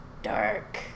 Dark